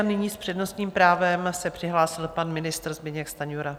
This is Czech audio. Nyní s přednostním právem se přihlásil pan ministr Zbyněk Stanjura.